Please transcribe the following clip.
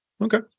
okay